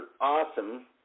awesome